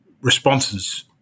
responses